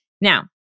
Now